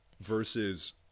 versus